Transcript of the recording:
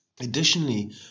Additionally